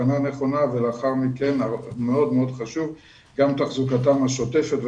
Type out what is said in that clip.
התקנה נכונה ולאחר מכן מאוד-מאוד חשוב גם תחזוקתם השוטפת.